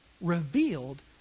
revealed